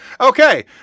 Okay